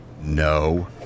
No